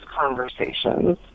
conversations